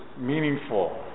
meaningful